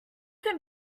can